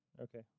Okay